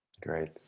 Great